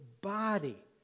body